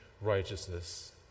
righteousness